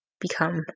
become